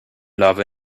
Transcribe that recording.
love